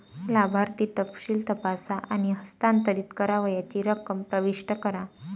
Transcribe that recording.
लाभार्थी तपशील तपासा आणि हस्तांतरित करावयाची रक्कम प्रविष्ट करा